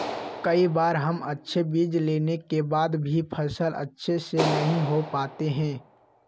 कई बार हम अच्छे बीज लेने के बाद भी फसल अच्छे से नहीं हो पाते हैं?